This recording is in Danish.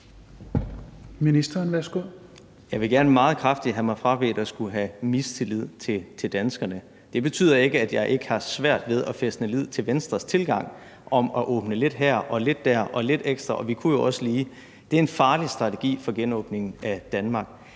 Jeg vil gerne meget kraftigt have mig frabedt, at jeg skulle have mistillid til danskerne. Det betyder ikke, at jeg ikke har haft svært ved at fæstne lid til Venstres tilgang om at åbne lidt her og lidt der og lidt ekstra, og vi kunne jo også lige gøre det her. Det er en farlig strategi for genåbningen af Danmark.